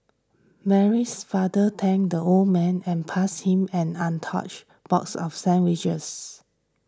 Mary's father thanked the old man and passed him an untouched box of sandwiches